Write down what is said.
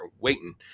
waiting